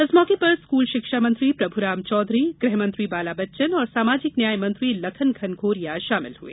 इस मौके पर स्कूल शिक्षा मंत्री प्रभुराम चौधरी गृहमंत्री बाला बच्चन और सामाजिक न्याय मंत्री लखन घनघोरिया शामिल हुए